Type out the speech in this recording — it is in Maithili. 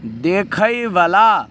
देखयवला